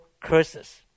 curses